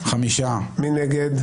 מי נגד?